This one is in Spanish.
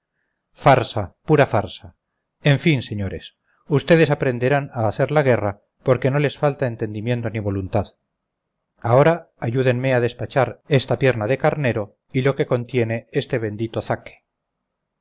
farsa pura farsa en fin señores ustedes aprenderán a hacer la guerra porque no les falta entendimiento ni voluntad ahora ayúdenme a despachar esta pierna de carnero y lo que contiene este bendito zaque